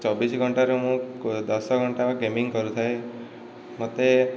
ଚବିଶ ଘଣ୍ଟାରୁ ମୁଁ ଦଶ ଘଣ୍ଟା ଗେମିଙ୍ଗ୍ କରିଥାଏ ମୋତେ